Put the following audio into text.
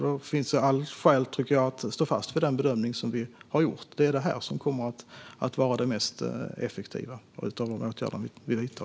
Det finns alla skäl att stå fast vid den bedömning som vi har gjort. Det kommer att vara det mest effektiva i de åtgärder vi vidtar.